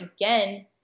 again